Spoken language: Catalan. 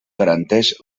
garanteix